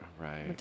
Right